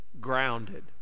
grounded